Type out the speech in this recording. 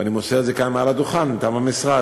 ואני מוסר את זה כאן מעל הדוכן מטעם המשרד,